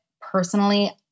personally